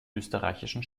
österreichischen